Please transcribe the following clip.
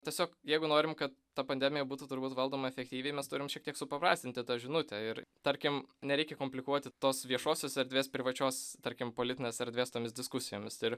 tiesiog jeigu norim kad ta pandemija būtų turbūt valdoma efektyviai mes turim šiek tiek supaprastinti tą žinutę ir tarkim nereikia komplikuoti tos viešosios erdvės privačios tarkim politinės erdvės tomis diskusijomis ir